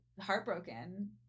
heartbroken